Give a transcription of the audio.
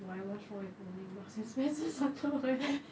why what is wrong with owning Marks and Spencer's underwear